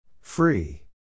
Free